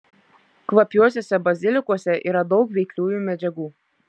kvapiuosiuose bazilikuose yra daug veikliųjų medžiagų